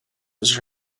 his